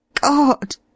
God